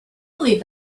believed